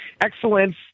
Excellence